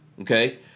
okay